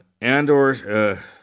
Andor